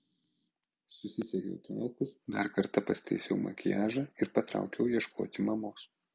susisegiau plaukus dar kartą pasitaisiau makiažą ir patraukiau ieškoti mamos